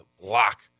block